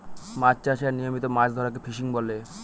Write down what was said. মাছ চাষ আর নিয়মিত মাছ ধরাকে ফিসিং বলে